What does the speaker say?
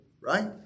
right